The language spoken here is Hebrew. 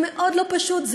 זה מאוד לא פשוט,